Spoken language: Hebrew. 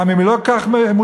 גם אם היא לא כל כך מושלמת,